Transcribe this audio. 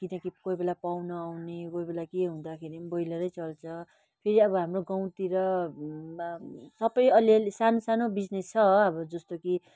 किनकि कोही बेला पाहुना आउने कोही बेला के हुँदाखेरि ब्रोइलरै चल्छ फेरि अब हाम्रो गाउँतिर मा सबै अलि अलि सानो सानो बिजिनेस छ अब जस्तो कि